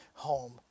home